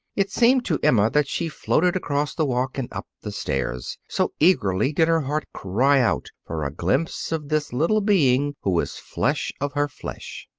it seemed to emma that she floated across the walk and up the stairs, so eagerly did her heart cry out for a glimpse of this little being who was flesh of her flesh.